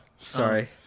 Sorry